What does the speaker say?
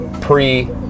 pre-